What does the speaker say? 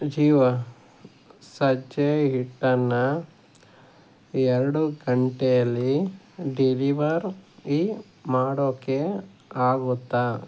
ಜೀವ ಸಜ್ಜೆ ಹಿಟ್ಟನ್ನು ಎರಡು ಗಂಟೇಲಿ ಡೆಲಿವರ್ ರಿ ಮಾಡೋಕೆ ಆಗುತ್ತಾ